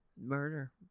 murder